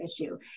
issue